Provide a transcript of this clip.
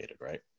right